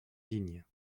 digne